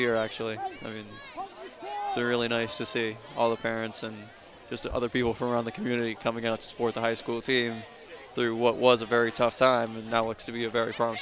year actually i mean they're really nice to see all the parents and just other people from around the community coming out sport the high school team through what was a very tough time and now looks to be a very